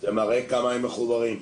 זה מראה כמה הם מחוברים.